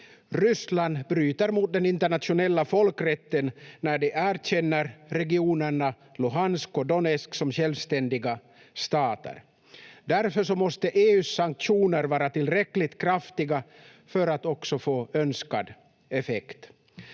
Ryssland bryter mot den internationella folkrätten när det erkänner regionerna Luhansk och Donetsk som självständiga stater. Därför måste EU:s sanktioner vara tillräckligt kraftiga för att också få önskad effekt.